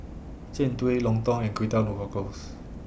Jian Dui Lontong and Kway Teow Lockgles